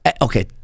Okay